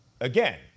again